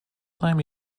time